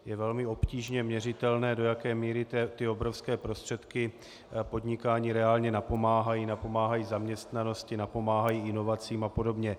Je velmi obtížně měřitelné, do jaké míry ty obrovské prostředky podnikání reálně napomáhají, napomáhají zaměstnanosti, napomáhají inovacím apod.